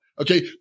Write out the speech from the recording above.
Okay